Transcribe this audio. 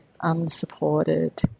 unsupported